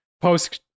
Post